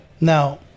Now